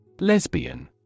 Lesbian